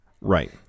Right